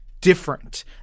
different